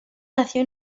nació